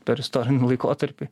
per istorinį laikotarpį